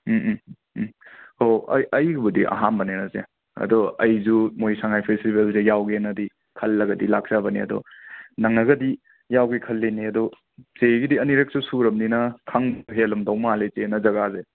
ꯎꯝ ꯎꯝ ꯎꯝ ꯑꯣ ꯑꯩ ꯑꯩꯒꯤꯕꯨꯗꯤ ꯑꯍꯥꯟꯕꯅꯦꯅ ꯆꯦ ꯑꯗꯣ ꯑꯩꯁꯨ ꯃꯣꯏ ꯁꯉꯥꯏ ꯐꯦꯁꯇꯤꯕꯦꯜꯁꯦ ꯌꯥꯎꯒꯦꯅꯗꯤ ꯈꯜꯂꯒꯗꯤ ꯂꯥꯛꯆꯕꯅꯦ ꯑꯗꯣ ꯅꯪꯉꯒꯗꯤ ꯌꯥꯎꯒꯦ ꯈꯜꯂꯤꯅꯦ ꯑꯗꯣ ꯆꯦꯒꯤꯗꯤ ꯑꯅꯤꯔꯛꯁꯨ ꯁꯨꯔꯕꯅꯤꯅ ꯈꯪꯕ ꯍꯦꯜꯂꯝꯗꯧ ꯃꯥꯜꯂꯦ ꯆꯦꯅ ꯖꯒꯥꯁꯦ